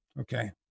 Okay